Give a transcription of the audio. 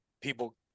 people